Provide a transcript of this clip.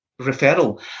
referral